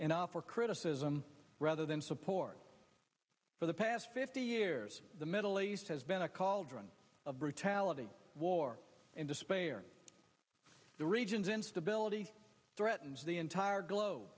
and offer criticism rather than support for the past fifty years the middle east has been a cauldron of brutality war and despair the region's instability threatens the entire glo